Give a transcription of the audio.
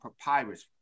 papyrus